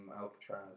Alcatraz